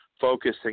focusing